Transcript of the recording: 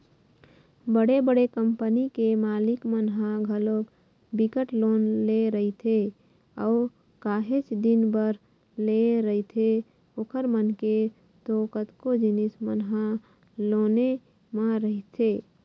बड़े बड़े कंपनी के मालिक मन ह घलोक बिकट लोन ले रहिथे अऊ काहेच दिन बर लेय रहिथे ओखर मन के तो कतको जिनिस मन ह लोने म रहिथे